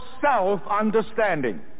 self-understanding